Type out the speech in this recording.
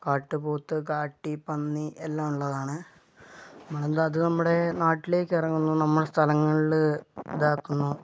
കാട്ട്പോത്ത് കാട്ട് പന്നി എല്ലാം ഉള്ളതാണ് നമ്മൾ എന്താ അത് നമ്മുടെ നാട്ടിലേക്ക് ഇറങ്ങുന്നു നമ്മുടെ സ്ഥലങ്ങളില് ഇതാക്കുന്നു